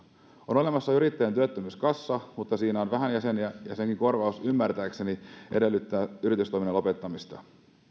on olemassa yrittäjän työttömyyskassa mutta siinä on vähän jäseniä ja senkin korvaus ymmärtääkseni edellyttää yritystoiminnan lopettamista syytähän